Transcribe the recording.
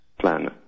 plan